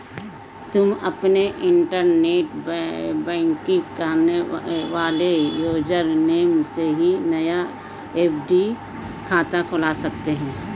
तुम अपने internet banking वाले यूज़र नेम से ही नया एफ.डी खाता खुलवा सकते हो